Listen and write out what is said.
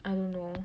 I don't know